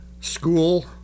School